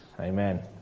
Amen